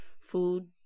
food